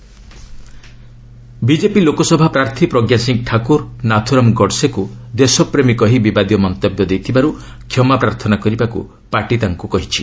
BJP Pragya Thakur BJP Lok Sabha ପ୍ରାର୍ଥୀ ପ୍ରଜ୍ଞା ସିଂ ଠାକୁର ନାଥୁରାମ୍ ଗଡ଼ସେକ୍ ଦେଶପ୍ରେମୀ କହି ବିବାଦୀୟ ମନ୍ତବ୍ୟ ଦେଇଥିବାରୁ କ୍ଷମା ପ୍ରାର୍ଥନା କରିବାକୁ ପାର୍ଟି ତାଙ୍କୁ କହିଛି